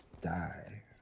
die